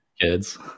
kids